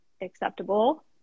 acceptable